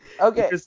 Okay